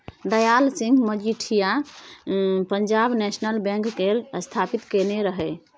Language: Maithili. दयाल सिंह मजीठिया पंजाब नेशनल बैंक केर स्थापित केने रहय